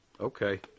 Okay